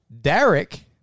Derek